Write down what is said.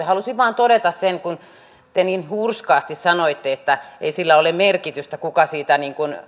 halusin vain todeta sen kun te niin hurskaasti sanoitte että sillä ei ole merkitystä kuka siitä